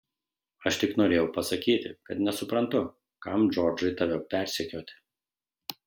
aš tik norėjau pasakyti kad nesuprantu kam džordžui tave persekioti